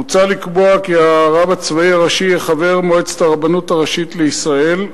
מוצע לקבוע כי הרב הצבאי הראשי יהיה חבר מועצת הרבנות הראשית לישראל,